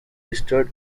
listed